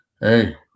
Hey